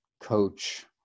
coach